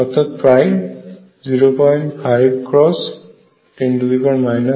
অর্থাৎ যার মান আমরা পাই 05×10 18 জুল